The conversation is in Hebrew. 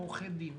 ועורכי דין,